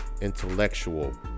intellectual